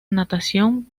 natación